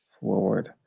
forward